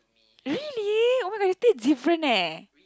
really oh-my-god it taste different eh